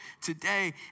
today